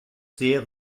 sehr